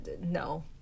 no